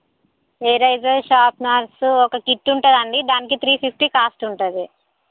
eraser sharpeners ఒక kit ఉంటుంది అండి దానికి త్రీ ఫిఫ్టీ కాస్ట్ ఉంటుంది